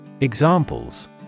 Examples